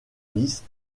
lisses